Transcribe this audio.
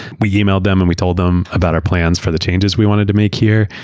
we emailed them, and we told them about our plans for the changes we wanted to make here,